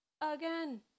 again